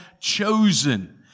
chosen